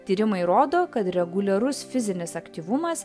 tyrimai rodo kad reguliarus fizinis aktyvumas